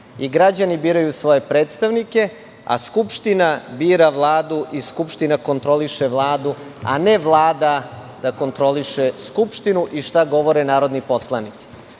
i građani biraju svoje predstavnike, a Skupština bira Vladu i Skupština kontroliše Vladu, a ne Vlada da kontroliše Skupštinu i šta govore narodni poslanici.